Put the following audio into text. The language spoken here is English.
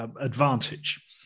advantage